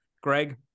Greg